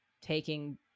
taking